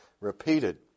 repeated